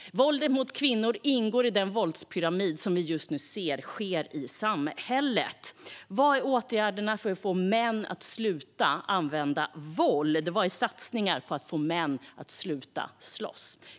Våldet mot kvinnor ingår i den våldspyramid som vi just nu ser i samhället. Vilka åtgärder finns för att få män att sluta använda våld? Vilka satsningar görs för att få män att sluta slåss?